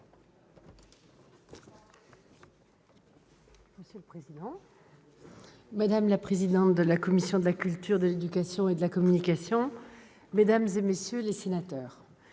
Monsieur le président, madame la présidente de la commission de la culture, de l'éducation et de la communication, mesdames, messieurs les sénateurs,